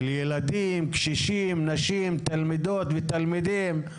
של ילדים, קשישים, נשים, תלמידות ותלמידים.